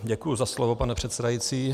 Děkuji za slovo, pane předsedající.